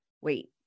Wait